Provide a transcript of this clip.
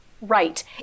Right